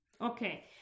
Okay